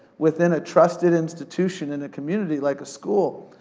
within a trusted institution in a community, like a school,